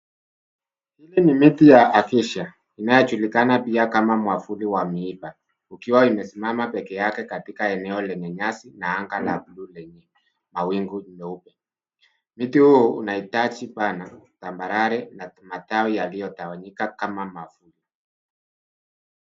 Hili ni miti ya acacia inayojulikana pia kama mwavuli wa miiba ukiwa imesimama pekee yake katika eneo lenye nyasi na anga la buluu la mawingu meupe. Mti huu unahitaji pana tambarare na matawi yaliyotawanyika kama mwavuli.